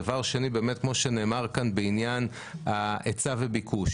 דבר שני, כמו שנאמר כאן בעניין ההיצע והביקוש